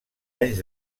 anys